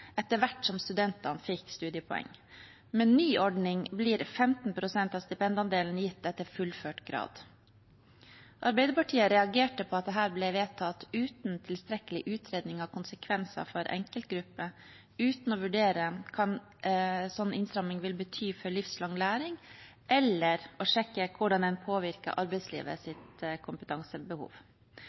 etter hvert som studentene fikk studiepoeng. Med ny ordning blir 15 pst. av stipendandelen gitt etter fullført grad. Arbeiderpartiet reagerte på at dette ble vedtatt uten tilstrekkelig utredning av konsekvensene for enkeltgrupper, uten å vurdere hva en slik innstramming vil bety for livslang læring, eller hvordan det vil påvirke arbeidslivets kompetansebehov.